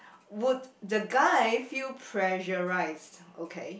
would the guy feel pressurized okay